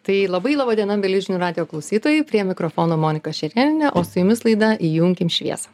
tai labai laba diena mieli žinių radijo klausytojai prie mikrofono monika šerėnienė o su jumis laida įjunkim šviesą